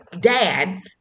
dad